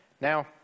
Now